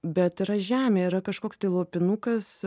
bet yra žemė yra kažkoks tai lopinukas